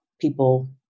people